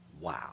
Wow